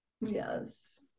Yes